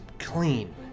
Clean